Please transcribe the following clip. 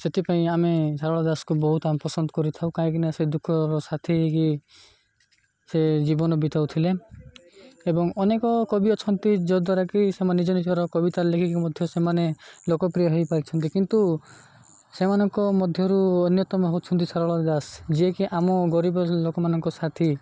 ସେଥିପାଇଁ ଆମେ ସାରଳ ଦାସକୁ ବହୁତ ଆମେ ପସନ୍ଦ କରିଥାଉ କାହିଁକିନା ସେ ଦୁଃଖର ସାଥି ହେଇକି ସେ ଜୀବନ ବିତାଉ ଥିଲେ ଏବଂ ଅନେକ କବି ଅଛନ୍ତି ଯଦ୍ୱାରାକି ସେମାନେ ନିଜ ନିଜର କବିତା ଲେଖିକି ମଧ୍ୟ ସେମାନେ ଲୋକପ୍ରିୟ ହେଇପାରିଛନ୍ତି କିନ୍ତୁ ସେମାନଙ୍କ ମଧ୍ୟରୁ ଅନ୍ୟତମ ହଉଛନ୍ତି ସାରଳ ଦାସ ଯିଏକି ଆମ ଗରିବ ଲୋକମାନଙ୍କ ସାଥି